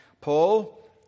Paul